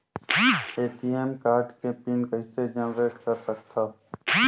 ATM card के pin कइसे generate कर सकथव?